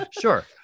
Sure